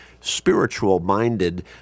spiritual-minded